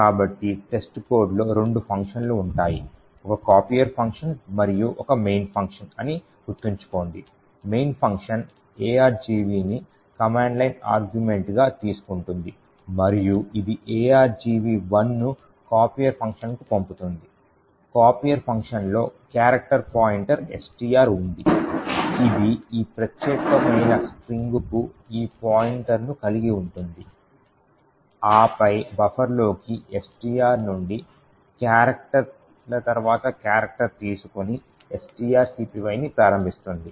కాబట్టి testcodeలో రెండు ఫంక్షన్లు ఉంటాయి ఒక కాపియర్ ఫంక్షన్ మరియు ఒక మెయిన్ ఫంక్షన్ అని గుర్తుంచుకోండి మెయిన్ ఫంక్షన్ argvని కమాండ్ లైన్ ఆర్గ్యుమెంట్స్గా తీసుకుంటుంది మరియు ఇది argv1 ను కాపీయర్ ఫంక్షన్కు పంపుతుంది కాపీయర్ ఫంక్షన్లో క్యారెక్టర్ పాయింటర్ STR ఉంది ఇది ఈ ప్రత్యేకమైన స్ట్రింగ్కు ఈ పాయింటర్ను కలిగి ఉంటుంది ఆపై ఈ బఫర్లోకి STR నుండి క్యారెక్టర్ల తర్వాత క్యారెక్టర్ తీసుకొని strcpyని ప్రారంభిస్తుంది